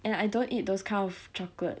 and I don't eat those kind of chocolate